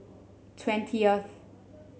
twentieth